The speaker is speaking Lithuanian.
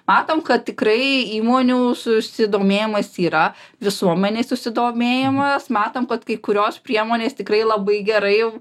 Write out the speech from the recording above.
matom kad tikrai įmonių susidomėjimas yra visuomenės susidomėjimas matom kad kai kurios priemonės tikrai labai gerai